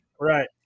Right